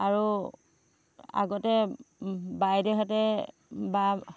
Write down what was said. আৰু আগতে বাইদেউহেঁতে বা